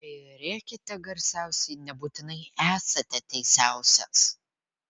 jei rėkiate garsiausiai nebūtinai esate teisiausias